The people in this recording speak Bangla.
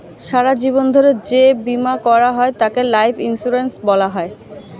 সারা জীবন ধরে যে বীমা করা হয় তাকে লাইফ ইন্স্যুরেন্স বলা হয়